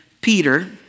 Peter